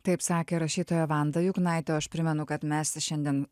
taip sakė rašytoja vanda juknaitė o aš primenu kad mes šiandien